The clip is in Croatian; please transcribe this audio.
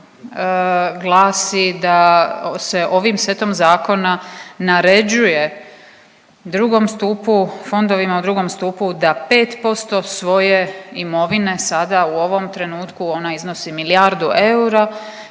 glasi da se ovim setom zakona naređuje II. stupu, fondovima u II. stupu da 5% svoje imovine sada, u ovom trenutku ona iznosi milijardu eura,